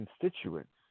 constituents